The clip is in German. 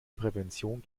prävention